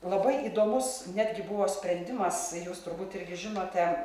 labai įdomus netgi buvo sprendimas jūs turbūt irgi žinote